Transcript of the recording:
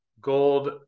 gold